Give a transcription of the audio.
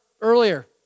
earlier